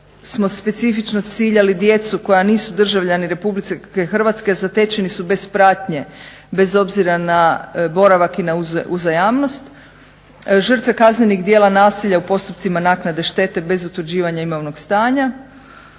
smo specifično ciljali djecu koja nisu državljani RH a zatečeni su bez pratnje, bez obzira na boravak i na uzajmnost. Žrtve kaznenih djela nasilja u postupcima naknade štete bez utvrđivanja imovnog stanja.